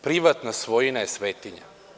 Privatna svojina je svetinja.